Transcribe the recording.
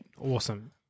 awesome